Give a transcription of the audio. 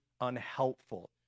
unhelpful